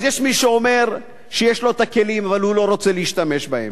אז יש מי שאומר שיש לו הכלים אבל הוא לא רוצה להשתמש בהם.